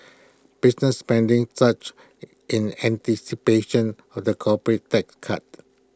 business spending surged in anticipation of the corporate tax cuts